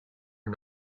are